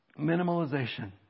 Minimalization